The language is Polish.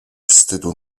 wstydu